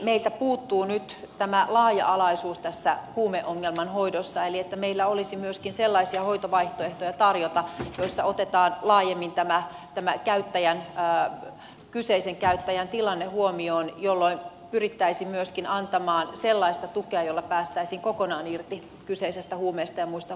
meiltä puuttuu nyt tämä laaja alaisuus tässä huumeongelman hoidossa eli se että meillä olisi myöskin sellaisia hoitovaihtoehtoja tarjota joissa otetaan laajemmin tämä kyseisen käyttäjän tilanne huomioon jolloin pyrittäisiin myöskin antamaan sellaista tukea jolla päästäisiin kokonaan irti kyseisestä huumeesta musta